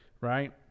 Right